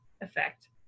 effect